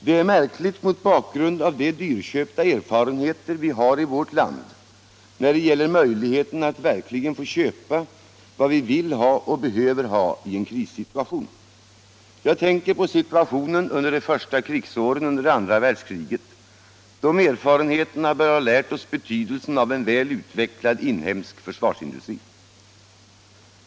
Det är märkligt mot bakgrund av de dyrköpta erfarenheter vi i vårt land har när det gäller möjligheten att verkligen få köpa vad vi vill ha och behöver ha i en krissituation. Jag tänker på situationen under de första krigsåren — under det andra världskriget. De erfarenheterna bör ha lärt oss betydelsen av en väl utvecklad inhemsk försvarsindustri.